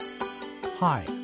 Hi